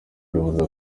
ribuza